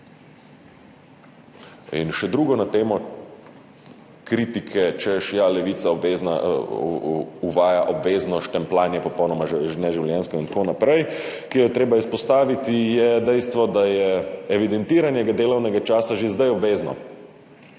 In še drugo na temo kritike, češ Levica uvaja obvezno štempljanje, to je popolnoma neživljenjsko in tako naprej, ki jo je treba izpostaviti, je dejstvo, da je evidentiranje delovnega časa že zdaj obvezno.